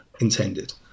intended